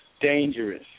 dangerous